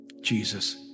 Jesus